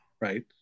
Right